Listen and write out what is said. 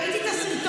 ראיתי את הסרטון,